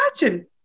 imagine